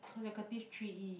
consecutive three E